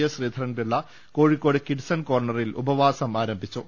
S Sreedharan Pillai Kozhikode kid sun കോർണറിൽ ഉപവാസം ആരംഭിച്ചു